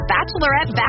Bachelorette